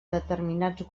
determinats